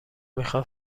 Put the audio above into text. میخاد